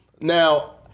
Now